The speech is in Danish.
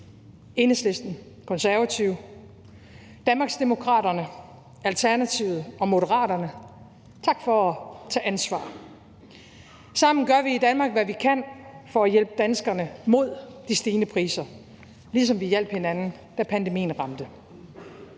Enhedslisten, Konservative, Danmarksdemokraterne, Alternativet og Moderaterne. Tak for at tage ansvar. Sammen gør vi i Danmark, hvad vi kan for at hjælpe danskerne mod de stigende priser, ligesom vi hjalp hinanden, da pandemien ramte.